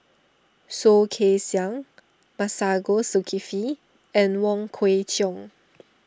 Soh Kay Siang Masagos Zulkifli and Wong Kwei Cheong